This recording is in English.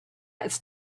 it’s